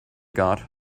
got